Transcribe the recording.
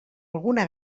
alguna